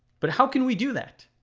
but how can we do that?